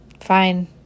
Fine